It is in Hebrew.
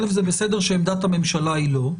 עמדת הממשלה היא לא.